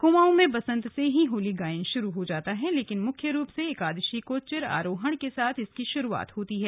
कुमाऊं में बसंत से ही होली गायन शुरू हो जाता है लेकिन मुख्य रूप से एकादशी को चिर आरोहण के साथ इसकी शुरुआत होती है